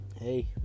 Hey